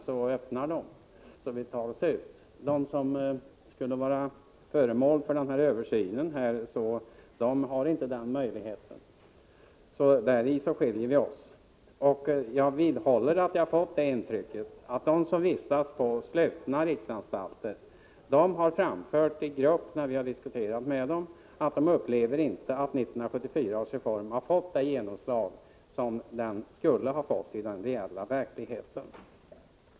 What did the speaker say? De som skulle bli Vissa kostnader för föremål för den föreslagna översynen har inte den möjligheten. Däri ligger häktade skillnaden. De som vistas på slutna riksanstalter har när vi har diskuterat med dem i grupp framfört att de inte upplever att 1974 års reform fått det genomslag som den borde ha fått i den reella verkligheten.